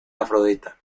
afrodita